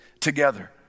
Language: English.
together